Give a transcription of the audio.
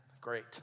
great